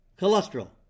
cholesterol